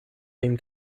den